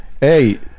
hey